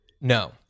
No